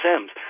Sims